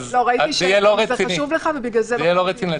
אז זה יהיה לא רציני --- נכון.